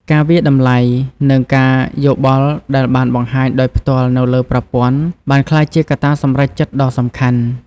ការវាយតម្លៃ និងការយោបល់ដែលបានបង្ហាញដោយផ្ទាល់នៅលើប្រព័ន្ធបានក្លាយជាកត្តាសម្រេចចិត្តដ៏សំខាន់។